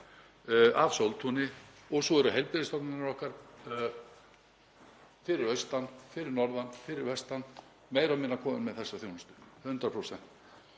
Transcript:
af Sóltúni og svo eru heilbrigðisstofnanirnar okkar fyrir austan, fyrir norðan og fyrir vestan meira og minna komnar með þessa þjónustu 100%.